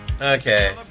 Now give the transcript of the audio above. Okay